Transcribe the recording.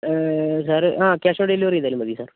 sir ആ cash on delivery ചെയ്താൽ മതി സാർ